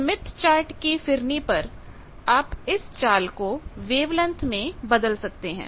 अब Smith chart की परिधि पर आप इस चाल को वेवलेंथ में बदल सकते हैं